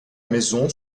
maison